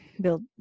build